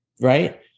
right